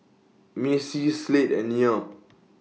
Macie Slade and Nia